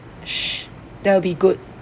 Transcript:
sh~ that'll be good